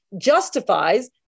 justifies